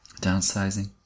Downsizing